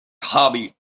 hobby